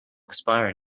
expire